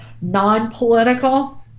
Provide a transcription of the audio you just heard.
non-political